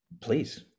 Please